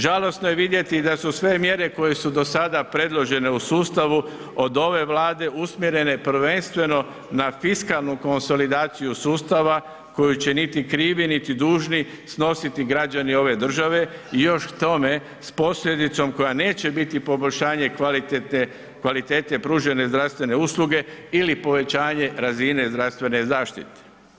Žalosno je vidjeti da su sve mjere koje su do sada predložene u sustavu od ove Vlade usmjerene prvenstveno na fiskalnu konsolidaciju sustava koju će niti krivi, niti dužni snositi građani ove države i još k tome s posljedicom koja neće biti poboljšanje kvalitete pružene zdravstvene usluge ili povećanje razine zdravstvene zaštite.